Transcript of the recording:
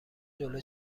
جلو